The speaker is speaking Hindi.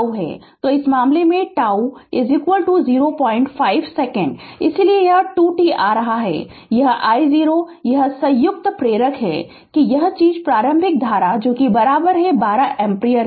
तो इस मामले में कि τ 05 सेकंड इसलिए यह 2 t आ रहा है और यह I0 वह संयुक्त प्रेरक हैं कि यह चीज प्रारंभिक धारा 12 एम्पीयर है